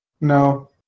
No